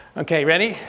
okay ready?